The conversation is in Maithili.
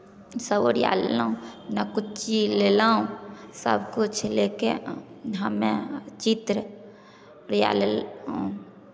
सभ ओरिया लेलहुँ अपना कुच्ची लेलहुँ सभकिछु लऽ कऽ हमे चित्र ओरिया लेलहुँ